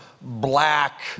black